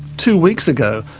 two weeks ago,